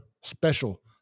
special